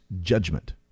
judgment